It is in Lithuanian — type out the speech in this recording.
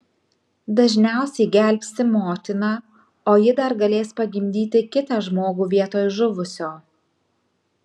dažniausiai gelbsti motiną o ji dar galės pagimdyti kitą žmogų vietoj žuvusio